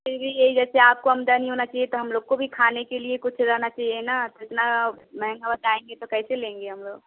फ़िर भी यही जैसे आपको आमदनी होना चाहिए तो हम लोग को भी खाने के लिए कुछ रहना चाहिए ना तो इतना महँगा बताएँगे तो कैसे लेंगे हम लोग